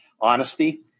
honesty